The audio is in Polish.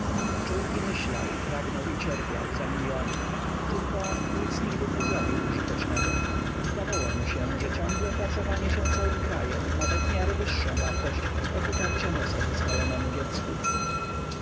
czuł i myślał pragnął i cierpiał za miliony tylko nic nigdy nie zrobił użytecznego zdawało mu się że ciągłe frasowanie się całym krajem ma bez miary wyższą wartość od utarcia nosa zasmolonemu dziecku